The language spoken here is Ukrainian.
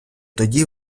тоді